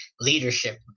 leadership